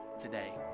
Today